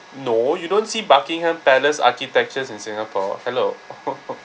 no you don't see buckingham palace architectures in singapore hello